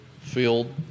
field